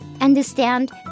understand